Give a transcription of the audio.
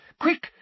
Quick